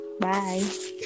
Bye